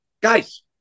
guys